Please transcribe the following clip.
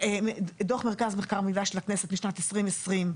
דוח מחקר ומידע של הכנסת משנת 2020,